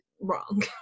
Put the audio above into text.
wrong